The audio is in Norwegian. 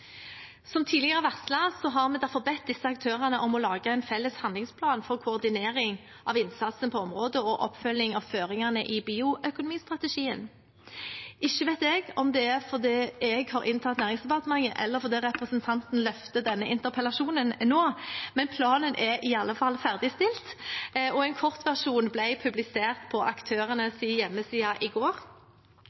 Som tidligere varslet har vi derfor bedt disse aktørene om å lage en felles handlingsplan for koordinering av innsatsen på området og oppfølging av føringene i bioøkonomistrategien. Ikke vet jeg om det er fordi jeg har inntatt Næringsdepartementet, eller om det er fordi representanten løfter denne interpellasjonen nå, men planen er i alle fall ferdigstilt, og en kortversjon ble publisert på aktørenes hjemmesider i går.